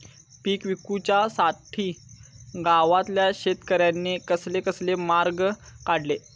पीक विकुच्यासाठी गावातल्या शेतकऱ्यांनी कसले कसले मार्ग काढले?